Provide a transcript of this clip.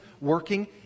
working